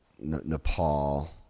Nepal